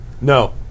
No